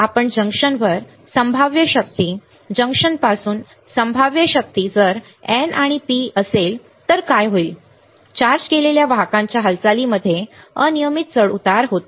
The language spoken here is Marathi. आपण जंक्शनवर संभाव्य शक्ती जंक्शन पासून संभाव्य शक्ती जर N आणि P असेल तर काय होईल चार्ज केलेल्या वाहकांच्या हालचालीमध्ये अनियमित चढउतार होते